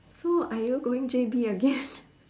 so are you going J_B again